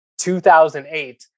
2008